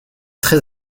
très